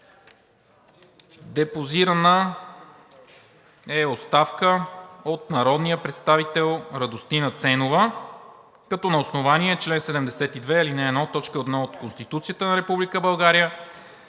Депозирана е оставка от народния представител Радостина Ценова, като на основание чл. 72, ал. 1 от т. 1 от Конституцията на